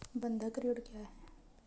बंधक ऋण क्या है?